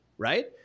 Right